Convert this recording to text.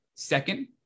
Second